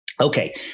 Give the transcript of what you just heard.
Okay